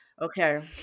okay